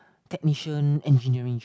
technician engineering